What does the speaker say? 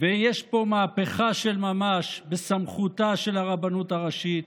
ושיש פה מהפכה של ממש בסמכותה של הרבנות הראשית,